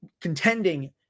contending